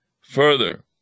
Further